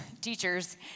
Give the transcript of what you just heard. teachers